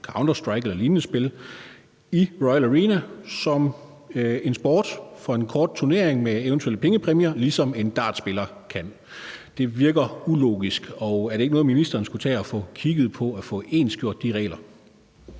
Counter-Strike eller lignende spil i Royal Arena som en sport under en kort turnering med eventuelle pengepræmier. Det virker ulogisk. Er det ikke noget, ministeren skulle tage og få kigget på, altså at få ensartet de regler?